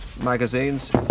magazines